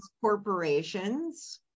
corporations